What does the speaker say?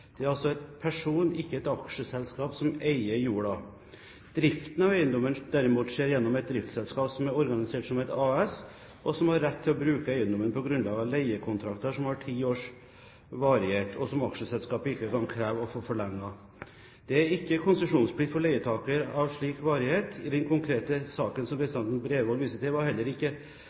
Det er altså en person, ikke et aksjeselskap, som eier jorden. Driften av eiendommen derimot skjer gjennom et driftsselskap som er organisert som et AS, og som har rett til å bruke eiendommen på grunnlag av leiekontrakter som har ti års varighet, og som aksjeselskapet ikke kan kreve å få forlenget. Det er ikke konsesjonsplikt for leieavtaler av slik varighet. I den konkrete saken som representanten Bredvold viser til, var heller ikke